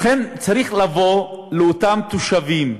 לכן צריך לבוא לאותם תושבים,